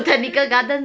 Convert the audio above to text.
mmhmm